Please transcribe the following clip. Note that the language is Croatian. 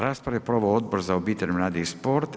Raspravu je proveo Odbor za obitelj, mlade i sport.